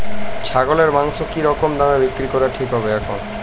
ছাগলের মাংস কী রকম দামে বিক্রি করা ঠিক হবে এখন?